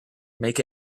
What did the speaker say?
make